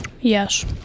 yes